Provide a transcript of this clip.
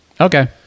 okay